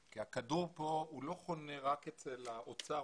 כי הכדור פה לא חונה רק אצל האוצר,